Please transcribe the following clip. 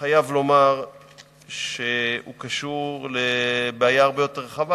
חייב לומר שהוא קשור לבעיה הרבה יותר רחבה,